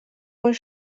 was